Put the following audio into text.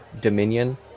Dominion